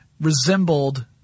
resembled